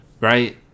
right